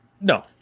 No